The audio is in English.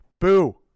Boo